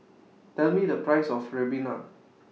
Tell Me The Price of Ribena